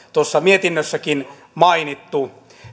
mietinnössäkin mainittu